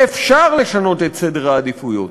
ואפשר לשנות את סדר העדיפויות.